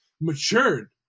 matured